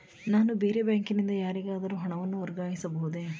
ನಾನು ಬೇರೆ ಬ್ಯಾಂಕಿನಿಂದ ಯಾರಿಗಾದರೂ ಹಣವನ್ನು ವರ್ಗಾಯಿಸಬಹುದೇ?